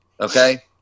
okay